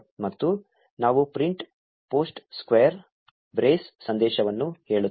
ಮತ್ತು ನಾವು print post square brace ಸಂದೇಶವನ್ನು ಹೇಳುತ್ತೇವೆ